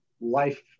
life